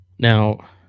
Now